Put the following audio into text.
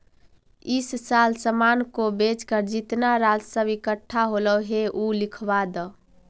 इस साल सामान को बेचकर जितना राजस्व इकट्ठा होलो हे उ लिखवा द